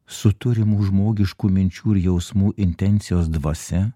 su turimų žmogiškų minčių ir jausmų intencijos dvasia